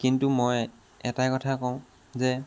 কিন্তু মই এটাই কথা কওঁ যে